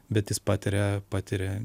bet jis patiria patiria